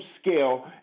scale